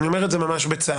אני אומר את זה ממש בצער,